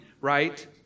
right